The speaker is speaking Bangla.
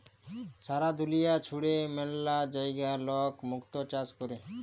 সারা দুলিয়া জুড়ে ম্যালা জায়গায় লক মুক্ত চাষ ক্যরে